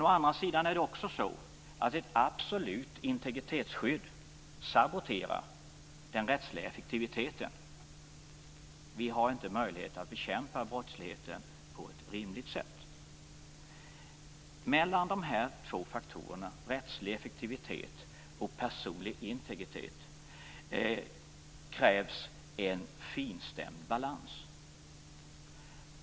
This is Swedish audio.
Å andra sidan saboterar ett absolut integritetsskydd den rättsliga effektiviteten. Vi har inte möjlighet att bekämpa brottsligheten på ett rimligt sätt. Mellan dessa två faktorer, rättslig effektivitet och personlig integritet, krävs en finstämd balans.